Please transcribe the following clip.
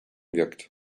wirkt